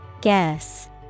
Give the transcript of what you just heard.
Guess